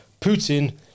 Putin